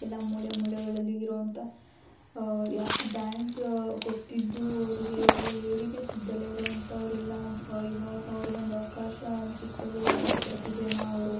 ಎಲ್ಲ ಮೂಲೆ ಮೂಲೆಗಳಲ್ಲಿ ಇರುವಂಥ ಡ್ಯಾನ್ಸ್ ಗೊತ್ತಿದ್ದು ಅವ್ರಿಗೆ ಒಳ್ಳೆಯ ವೇದಿಕೆ ಸಿಗದೆಲೇ ಇರುವಂಥವ್ರೆಲ್ಲ ಇವಾಗ ಅವ್ರಿಗೊಂದು ಅವಕಾಶ ಸಿಕ್ತಾ ಇದೆ ಅವ್ರ ಪ್ರತಿಭೆನ ಅವರು